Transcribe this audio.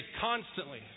constantly